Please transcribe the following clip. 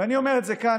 ואני אומר את זה כאן,